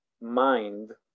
mind